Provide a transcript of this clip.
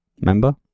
Remember